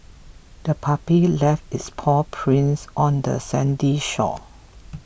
the puppy left its paw prints on the sandy shore